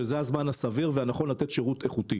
שזה הזמן הסביר והנכון לתת שירות איכותי.